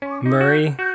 Murray